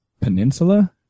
Peninsula